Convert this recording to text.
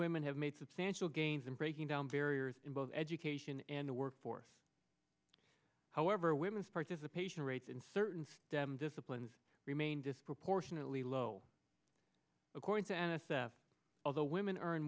women have made substantial gains in breaking down barriers in both education and the workforce however women's participation rates in certain stem disciplines remain disproportionately low according to an s f although women earn